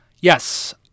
Yes